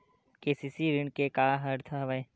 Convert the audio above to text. KCC ऋण के का अर्थ हवय?